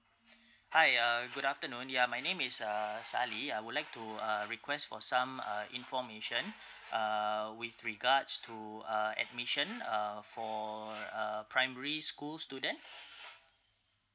hi uh good afternoon ya my name is uh sali I would like to uh request for some uh information uh with regards to uh admission uh for a primary school student